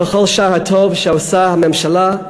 וכל שאר הטוב שעושה הממשלה,